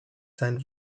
sein